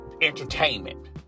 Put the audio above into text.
entertainment